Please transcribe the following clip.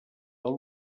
del